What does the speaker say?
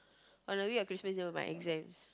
on the week of Christmas my exams